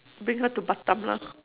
bring her to batam lah